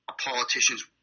Politicians